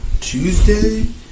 Tuesday